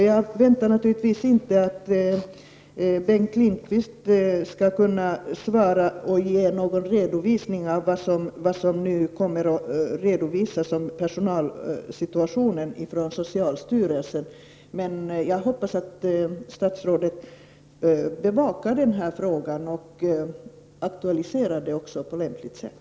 Jag förväntar mig naturligtvis inte att Bengt Lindqvist skall kunna tala om vad som nu kommer att redovisas om personalsituationen från socialstyrelsen. Men jag hoppas att statsrådet bevakar denna fråga och aktualiserar den på lämpligt sätt.